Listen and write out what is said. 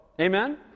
Amen